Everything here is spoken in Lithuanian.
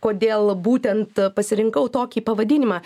kodėl būtent pasirinkau tokį pavadinimą